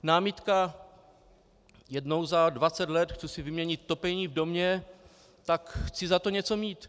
Námitka: Jednou za dvacet let si chci vyměnit topení v domě, tak chci za to něco mít.